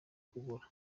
kugura